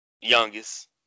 youngest